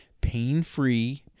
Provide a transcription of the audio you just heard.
pain-free